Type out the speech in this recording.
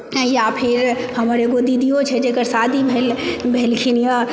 या फिर हमर एगो दीदियो छै जेकर शादी भेलखिन यऽ